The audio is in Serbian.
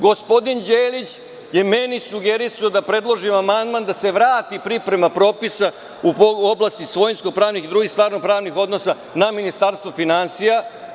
Gospodin Đelić je meni sugerisao da predložim amandman da se vrati priprema propisa u oblasti svojinsko-pravnih i drugih stvarno-pravnih odnosa na Ministarstvo finansija.